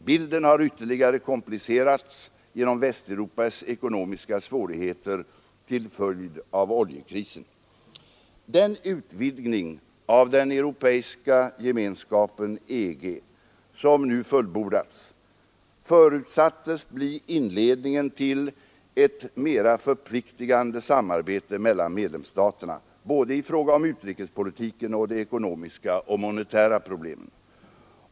Bilden har ytterligare komplicerats genom Västeuropas ekonomiska svårigheter till följd av oljekrisen. Den utvidgning av den europeiska gemenskapen, EG, som nu fullbordats, förutsattes bli inledningen till ett mera förpliktande samarbete mellan medlemsstaterna, i fråga om både utrikespolitiken och de ekonomiska och monetära problemen.